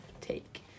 take